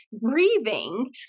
breathing